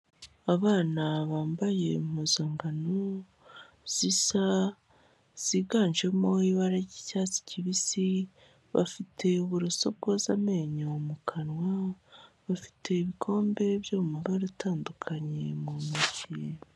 Abana bambaye impuzangano zisa ziganjemo ibara ry'icyatsi kibisi bafite uburoso bwoza amenyo mu kanwa; bafite ibikombe byo mu magare atandukanye mu ntoki.